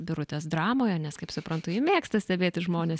birutės dramoje nes kaip suprantu ji mėgsta stebėti žmones